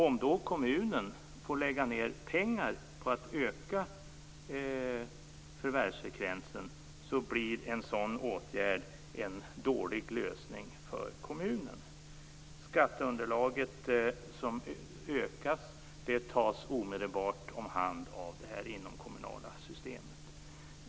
Om då kommunen får lägga ned pengar på att öka förvärvsfrekvensen blir en sådan åtgärd en dålig lösning för kommunen. Skatten från det ökade skatteunderlaget tas omedelbart om hand av det inomkommunala systemet.